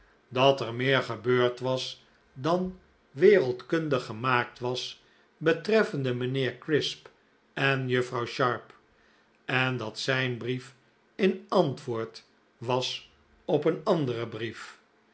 dat er meer gebeurd was dan wereldkundig gemaakt was betreffende mijnheer crisp en juffrouw sharp en dat zijn brief in antwoord was op een anderen brief